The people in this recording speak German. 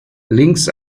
links